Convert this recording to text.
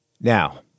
Now